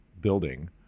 building